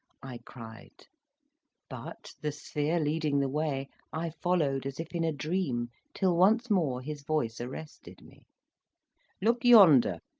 i cried but, the sphere leading the way, i followed as if in a dream, till once more his voice arrested me look yonder,